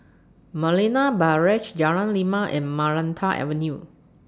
Marina Barrage Jalan Lima and Maranta Avenue